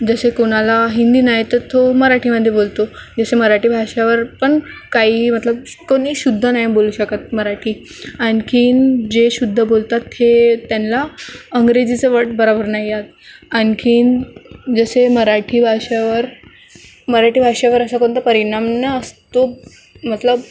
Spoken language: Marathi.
जसे कोणाला हिंदी नाही येत तर तो मराठीमध्ये बोलतो जसे मराठी भाषेवर पण काही मतलब कोणी शुद्ध नाही बोलू शकत मराठी आणखीन जे शुद्ध बोलतात ते त्यांना इंग्रजीचे वर्ड बरोबर नाही येत आणखीन जसे मराठी भाषेवर मराठी भाषेवर असा कोणता परिणाम नसतो मतलब